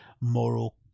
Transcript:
moral